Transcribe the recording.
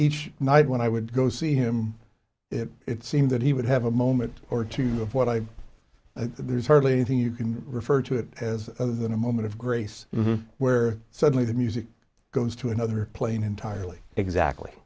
each night when i would go see him it seemed that he would have a moment or two of what i think that there's hardly anything you can refer to it as other than a moment of grace where suddenly the music goes to another plane entirely exactly